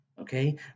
okay